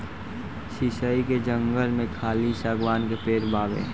शीशइ के जंगल में खाली शागवान के पेड़ बावे